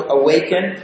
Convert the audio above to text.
awaken